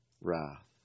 Wrath